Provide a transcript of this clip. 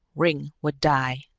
ringg would die.